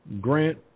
grant